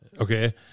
Okay